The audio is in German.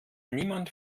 niemand